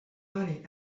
money